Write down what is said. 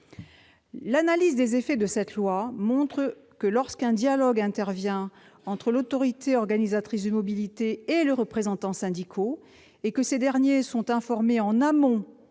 L'analyse des effets de ces dispositions montre que, lorsqu'un dialogue intervient entre l'autorité organisatrice de mobilités et les représentants syndicaux, et que ces derniers sont informés en amont